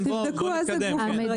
תבדקו איזה גוף אחראי על זה.